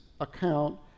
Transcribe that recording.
account